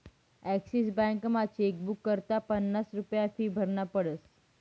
Axis बॅकमा chequebook करता पन्नास रुप्या फी भरनी पडस